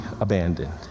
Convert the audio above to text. abandoned